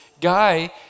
guy